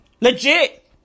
Legit